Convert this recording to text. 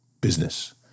business